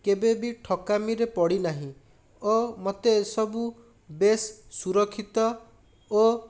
କେବେ ବି ଠକାମିରେ ପଡ଼ିନାହିଁ ଓ ମୋତେ ଏସବୁ ବେଶ୍ ସୁରକ୍ଷିତ ଓ